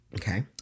Okay